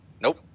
Nope